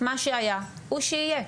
מה שהיה הוא שיהיה,